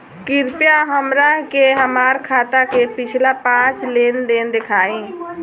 कृपया हमरा के हमार खाता के पिछला पांच लेनदेन देखाईं